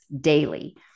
daily